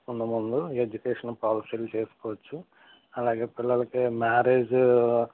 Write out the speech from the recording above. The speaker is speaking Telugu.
ముందు ముందు ఎడ్యుకేషన్ పాలసీలు చేసుకోవచ్చు అలాగే పిల్లలకి మ్యారేజ్